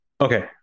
Okay